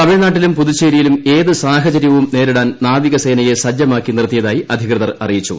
തമിഴ്നാട്ടിലും പുതുച്ചേരിയിലും ഏത് സാഹചര്യവും നേരിടാൻ നാവികസേനയെ സജ്ജമാക്കി നിർത്തിയതായി അധികൃതർ അറിയിച്ചു